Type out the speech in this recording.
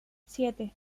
siete